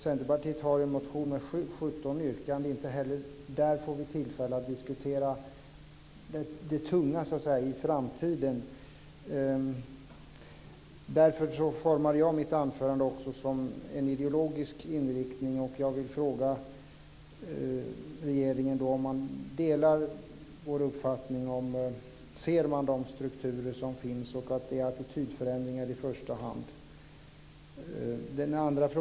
Centerpartiet har en motion med 17 yrkanden, men vi får inte diskutera det tunga i framtiden. Därför formade jag mitt anförande i en ideologisk inriktning. Jag vill fråga regeringen om man delar vår uppfattning. Ser man de strukturer som finns, att det är attitydförändringar i första hand som krävs?